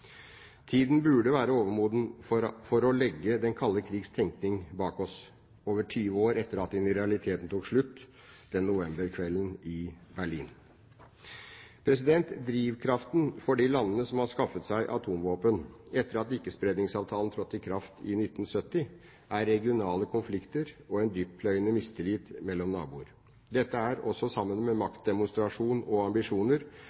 Tiden burde være overmoden for å legge den kalde krigens tenkning bak oss, over 20 år etter at den i realiteten tok slutt, den novemberkvelden i Berlin. Drivkraften for de landene som har skaffet seg atomvåpen etter at Ikke-spredningsavtalen trådte i kraft i 1970, er regionale konflikter og en dyptpløyende mistillit mellom naboer. Dette er, sammen med maktdemonstrasjoner og ambisjoner,